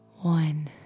One